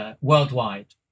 worldwide